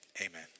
amen